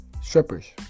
Strippers